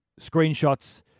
screenshots